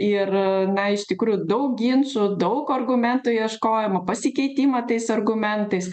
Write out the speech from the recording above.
ir na iš tikrųjų daug ginčų daug argumentų ieškojimų pasikeitimą tais argumentais